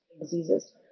diseases